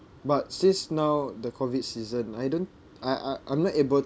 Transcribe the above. but since now the COVID season I don't I I I'm not able